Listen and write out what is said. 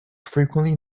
frequently